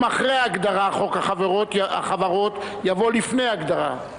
אחרי ההגדרה חוק החברות יבוא לפני ההגדרה,